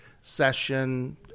session